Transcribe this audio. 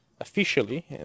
Officially